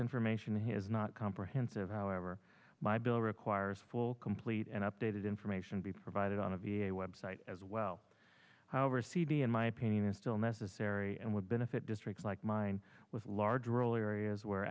information has not comprehensive however my bill requires full complete and updated information to be provided on a v a website as well however cd in my opinion is still necessary and would benefit districts like mine with larger earlier areas where